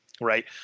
right